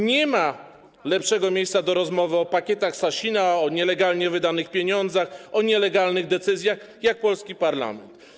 Nie ma lepszego miejsca do rozmowy o pakietach Sasina, o nielegalnie wydanych pieniądzach, o nielegalnych decyzjach niż polski parlament.